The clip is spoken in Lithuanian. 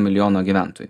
milijono gyventojų